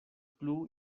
plu